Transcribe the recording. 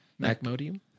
Macmodium